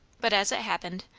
but, as it happened,